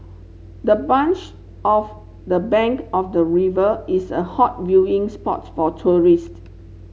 the bench of the bank of the river is a hot viewing spots for tourist